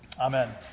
Amen